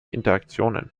interaktionen